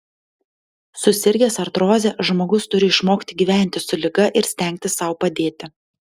susirgęs artroze žmogus turi išmokti gyventi su liga ir stengtis sau padėti